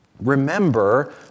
Remember